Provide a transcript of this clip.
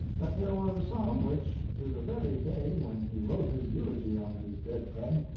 that there were some which, to the very day when he wrote his eulogy on his dead friend,